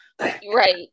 Right